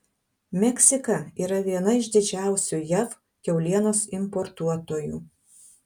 meksika yra viena iš didžiausių jav kiaulienos importuotojų